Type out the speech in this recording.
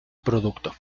producto